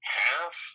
half